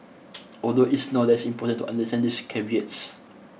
although it's no less important to understand these caveats